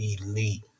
elite